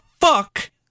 fuck